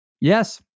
Yes